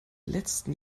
letzten